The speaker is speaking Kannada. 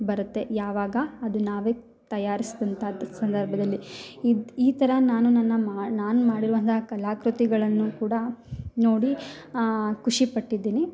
ಬರತ್ತೆ ಯಾವಾಗ ಅದನ್ನ ನಾವೇ ತಯಾರಿಸಿದಂತಹ ಪ್ರ್ ಸಂದರ್ಭ್ದಲ್ಲಿ ಇದು ಈ ಥರ ನಾನು ನನ್ನ ಮಾ ನಾನು ಮಾಡಿರುವಂಥ ಕಲಾಕೃತಿಗಳನ್ನು ಕೂಡ ನೋಡಿ ಖುಷಿ ಪಟ್ಟಿದ್ದೀನಿ